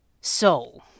So